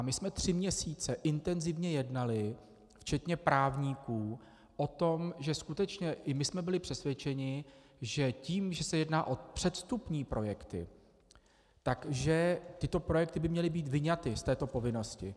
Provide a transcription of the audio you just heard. My jsme tři měsíce intenzivně jednali včetně právníků o tom, že skutečně i my jsme byli přesvědčeni, že tím, že se jedná o předvstupní projekty, by tyto projekty měly být vyňaty z této povinnosti.